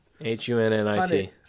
H-U-N-N-I-T